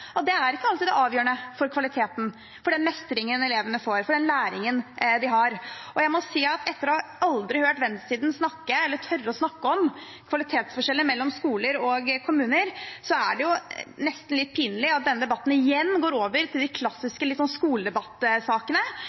ikke alltid er det avgjørende for kvaliteten, for den mestringen elevene får, for den læringen de har. Jeg må si at jeg, etter aldri å ha hørt venstresiden tørre å snakke så mye om kvalitetsforskjeller mellom skoler og kommuner, synes det nesten er litt pinlig at denne debatten igjen går over til de klassiske skoledebattsakene – i stedet for at man diskuterer litt